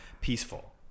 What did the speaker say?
peaceful